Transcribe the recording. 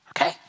okay